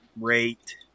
rate